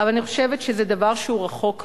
אבל אני חושבת שזה דבר שהוא רחוק מאוד,